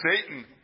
Satan